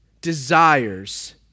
desires